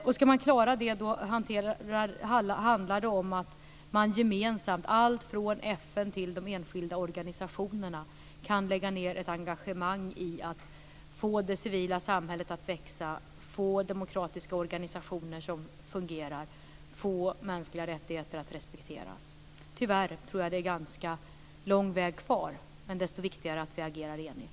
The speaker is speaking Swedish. För att klara det handlar det om att gemensamt - det gäller då allt, från FN till enskilda organisationer - kunna lägga ned engagemang på att få det civila samhället att växa, få demokratiska organisationer som fungerar och få mänskliga rättigheter att respekteras. Tyvärr tror jag att det är ganska lång väg kvar. Desto viktigare är det då att vi agerar enigt.